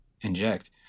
inject